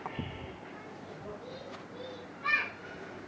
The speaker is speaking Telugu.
నా ఖాతా నుంచి వేరొక ప్రదేశంలో ఉన్న మా అన్న ఖాతాకు పైసలు పంపడానికి ఎలా?